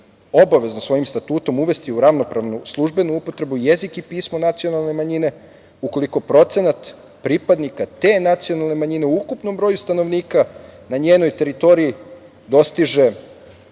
obavezno svojim statutom uvesti u ravnopravnu službenu upotrebu jezik i pismo nacionalne manjine ukoliko procenat pripadnika te nacionalne manjine u ukupnom broju stanovnika na njenoj teritoriji dostiže